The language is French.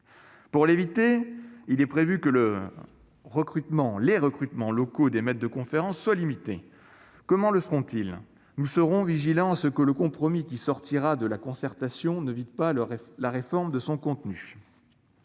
Pour l'éviter, il est prévu que les recrutements locaux des maîtres de conférences soient limités. Comment le seront-ils ? Nous serons vigilants à ce que le compromis qui sortira de la concertation ne vide pas la réforme de son contenu.